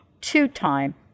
Two-time